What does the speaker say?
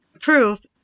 Proof